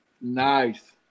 Nice